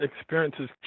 experiences